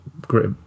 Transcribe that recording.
great